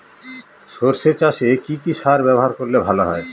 সর্ষে চাসে কি কি সার ব্যবহার করলে ভালো হয়?